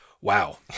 wow